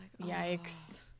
yikes